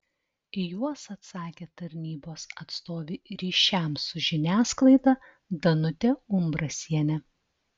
į juos atsakė tarnybos atstovė ryšiams su žiniasklaida danutė umbrasienė